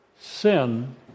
Sin